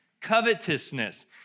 Covetousness